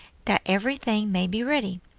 that every thing may be ready.